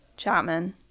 Chapman